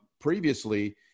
previously